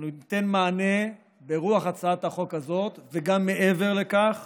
אנו ניתן מענה ברוח הצעת החוק הזאת וגם מעבר לכך